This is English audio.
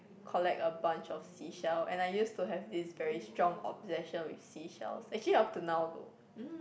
collect a brunch of seashell and I use to have this very strong obsession with seashels actually up to now though